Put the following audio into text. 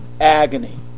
agony